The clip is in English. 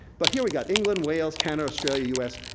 but, here we got england, wales, canada, australia, us,